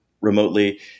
remotely